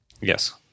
Yes